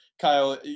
Kyle